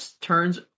turns